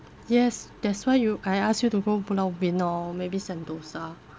yes that's why you I ask you to go pulau ubin orh maybe sentosa